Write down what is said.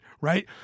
right